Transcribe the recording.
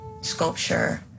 sculpture